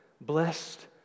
blessed